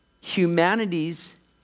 humanity's